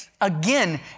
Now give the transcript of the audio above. again